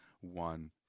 one